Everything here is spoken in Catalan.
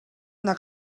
una